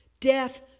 Death